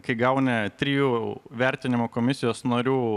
kai gauni trijų vertinimo komisijos narių